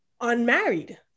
unmarried